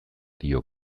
dio